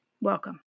Welcome